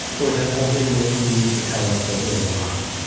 or is that something that we use to tell us that we're alive?